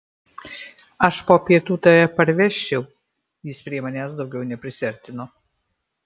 aš po pietų tave parvežčiau jis prie manęs daugiau neprisiartino